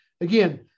again